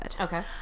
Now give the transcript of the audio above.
Okay